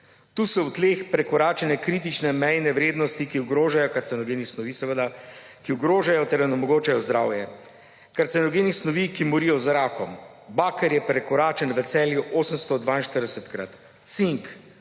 Tu so v tleh prekoračene kritične mejne vrednosti karcinogenih snovi, ki ogrožajo ter onemogočajo zdravje, karcinogenih snovi, ki morijo z rakom. Baker je prekoračen v Celju 842-krat, cink